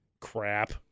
Crap